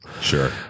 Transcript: Sure